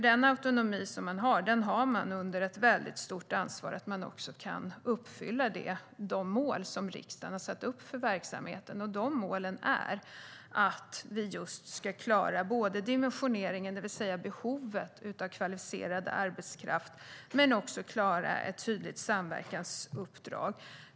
Den autonomi man har, den har man under väldigt stort ansvar att också uppfylla de mål som riksdagen har satt upp för verksamheten. De målen är att vi ska klara dimensioneringen, det vill säga behovet av kvalificerad arbetskraft, men också klara ett tydligt samverkansuppdrag.